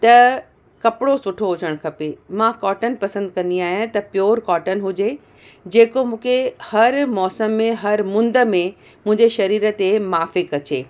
त कपिड़ो सुठो हुजणु खपे मां कॉटन पसंदि कंदी आहियां त प्योर कॉटन हुजे जे को मूंखे हर मौसम में हर मुंद में मुंहिंजे शरीर ते माफ़िकु अचे